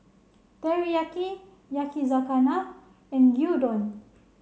Teriyaki Yakizakana and Gyudon